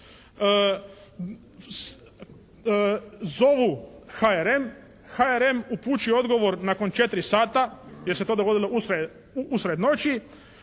Zovu HRM, HRM upućuje odgovor nakon 4 sata jer se to dogodilo usred noći.